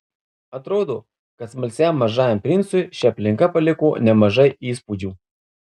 atrodo kad smalsiam mažajam princui ši aplinka paliko nemažai įspūdžių